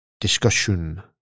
discussion